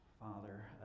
Father